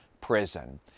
prison